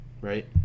Right